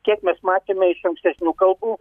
kiek mes matėme iš ankstesnių kalbų